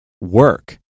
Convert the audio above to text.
work